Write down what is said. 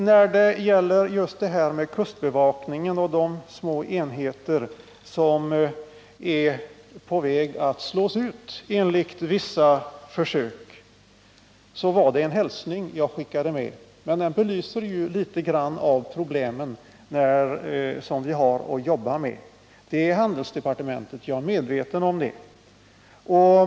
När det gäller kustbevakningen och de små enheter som är på väg att slås ut, enligt vissa försök, var det en hälsning jag skickade med. Den belyser litet grand av de problem vi har att jobba med. Frågan hör hemma under handelsdepartementet — jag är medveten om det.